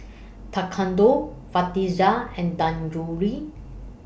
Tekkadon Fajitas and Dangojiru